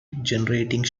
generating